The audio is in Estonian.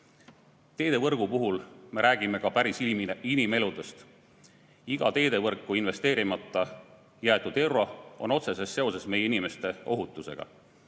aastas. Teevõrgu puhul me räägime ka päris inimeludest. Iga teevõrku investeerimata jäetud euro on otseses seoses meie inimeste ohutusega.